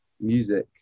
music